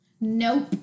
Nope